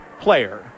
player